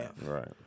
Right